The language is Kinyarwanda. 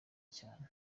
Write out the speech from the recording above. cyane